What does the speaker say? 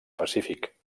pacífic